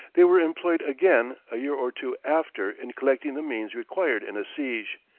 they were employed again a year or two after in collecting the means required in a siege,